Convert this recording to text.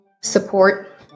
Support